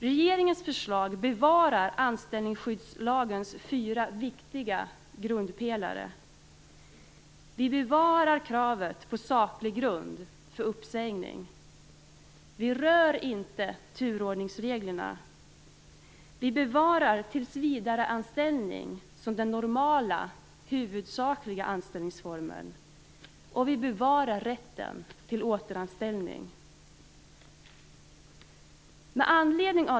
Regeringens förslag bevarar anställningsskyddslagens fyra viktiga grundpelare. Vi bevarar kravet på saklig grund för uppsägning, vi rör inte turordningsreglerna, vi bevarar tillsvidareanställning som den normala huvudsakliga anställningsformen och vi bevarar rätten till återanställning.